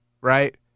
right